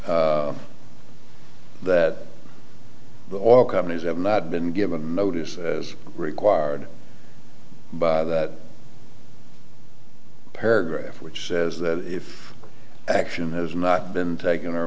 notice that the oil companies have not been given notice as required by that paragraph which says that if action has not been taken our